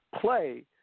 play